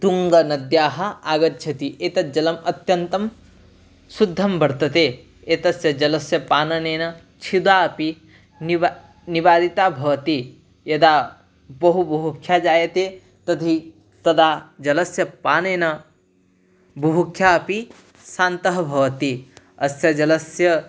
तुङ्गनद्याः आगच्छति एतद् जलम् अत्यन्तं शुद्धं वर्तते एतस्य जलस्य पाननेन क्षुत् अपि निव निवारिता भवति यदा बहु बुभुक्षा जायते तर्हि तदा जलस्य पानेन बुभुक्षा अपि शान्तः भवति अस्य जलस्य